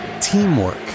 teamwork